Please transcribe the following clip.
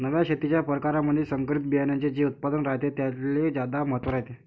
नव्या शेतीच्या परकारामंधी संकरित बियान्याचे जे उत्पादन रायते त्याले ज्यादा महत्त्व रायते